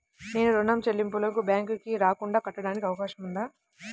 నేను ఋణం చెల్లింపులు బ్యాంకుకి రాకుండా కట్టడానికి అవకాశం ఉందా?